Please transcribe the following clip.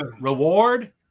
Reward